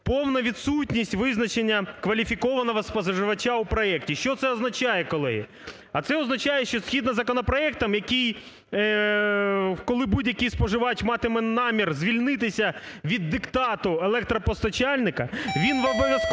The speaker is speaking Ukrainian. Повна відсутність визначення кваліфікованого споживача у проекті. Що це означає, колеги? А це означає, що згідно законопроекту, який, коли будь-який споживач матиме намір звільнитися від диктату електропостачальника, він в обов'язковому